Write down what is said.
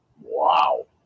wow